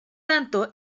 tanto